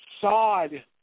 sod